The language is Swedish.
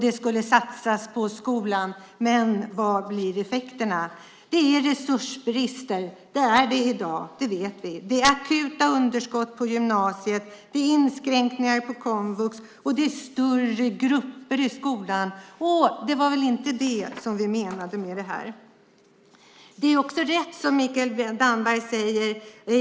Det skulle satsas på skolan. Men vad blev effekten? Det är resursbrister. Det är det i dag, det vet vi. Det är akuta underskott på gymnasiet. Det är inskränkningar på komvux. Det är större grupper i skolan. Det var väl inte det ni menade? Det är också rätt som Mikael Damberg säger.